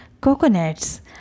coconuts